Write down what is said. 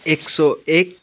एक सौ एक